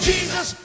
Jesus